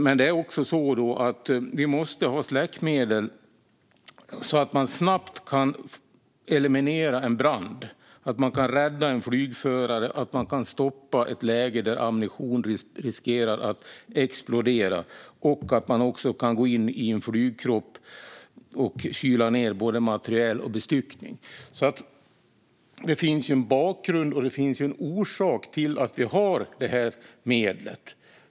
Men man måste ha släckmedel för att snabbt kunna eliminera en brand, kunna rädda en flygförare, kunna stoppa ett läge där ammunition riskerar att explodera och också kunna gå in i en flygkropp och kyla ned både materiel och bestyckning. Det finns alltså en bakgrund och en orsak till att vi har detta medel.